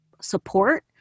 support